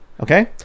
okay